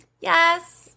yes